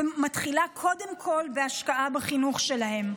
מתחילה קודם כול בהשקעה בחינוך שלהם: